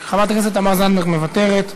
חברת הכנסת תמר זנדברג מוותרת,